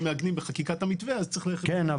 אם מעגנים בחקיקה את המתווה אז צריך ללכת --- כן,